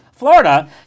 Florida